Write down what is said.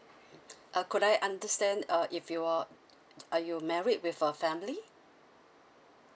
mm uh could I understand uh if you uh are you married with a family